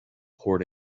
poured